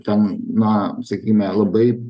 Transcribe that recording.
ten na sakykime labai